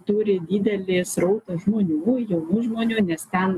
turi didelį srautą žmonių jaunų žmonių nes ten